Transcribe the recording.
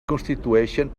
constitueixen